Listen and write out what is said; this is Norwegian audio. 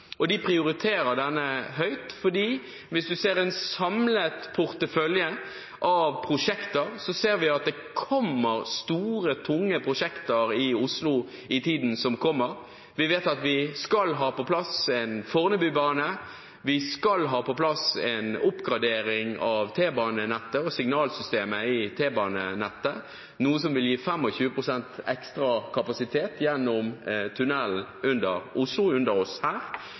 De prioriterer denne høyt, for hvis man ser den samlede porteføljen av prosjekter, ser man at det kommer store, tunge prosjekter i Oslo i tiden som kommer. Vi vet at vi skal ha på plass Fornebubanen, vi skal ha på plass en oppgradering av T-banenettet og signalsystemet i T-banenettet – noe som vil gi 25 pst. ekstra kapasitet gjennom tunnelen under Oslo, under oss her.